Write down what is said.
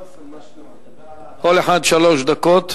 כל אחד שלוש דקות.